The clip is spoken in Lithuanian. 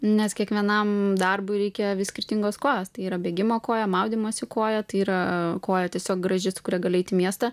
nes kiekvienam darbui reikia vis skirtingos kojos tai yra bėgimo koja maudymosi koja tai yra koja tiesiog graži su kuria gali eit į miestą